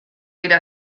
dira